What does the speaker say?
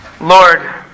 Lord